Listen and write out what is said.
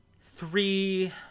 three